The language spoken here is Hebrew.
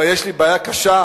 אבל יש לי בעיה קשה